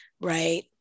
right